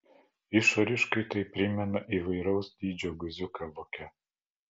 išoriškai tai primena įvairaus dydžio guziuką voke